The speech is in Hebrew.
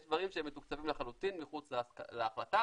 דברים שהם מתוקצבים לחלוטין מחוץ להחלטה,